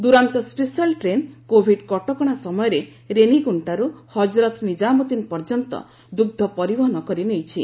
Duronto special train Covid କଟକଣା ସମୟରେ ରେନିଗୁଷ୍କାରୁ ହଜରତ୍ ନିକ୍ଷାମୁଦ୍ଦିନ୍ ପର୍ଯ୍ୟନ୍ତ ଦୁଗ୍ମ ପରିବହନ କରି ନେଇଛି